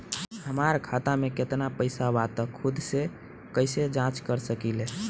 हमार खाता में केतना पइसा बा त खुद से कइसे जाँच कर सकी ले?